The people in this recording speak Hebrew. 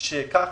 שכך